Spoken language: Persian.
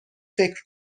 فکر